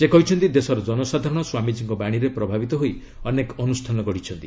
ସେ କହିଛନ୍ତି ଦେଶର୍ ଜନସାଧାରଣ ସ୍ୱାମୀଜୀଙ୍କ ବାଣୀରେ ପ୍ରଭାବିତ ହୋଇ ଅନେକ ଅନ୍ଦ୍ରଷ୍ଠାନ ଗଢ଼ିଛନ୍ତି